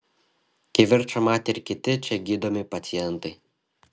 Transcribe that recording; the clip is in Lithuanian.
kivirčą matė ir kiti čia gydomi pacientai